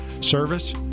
Service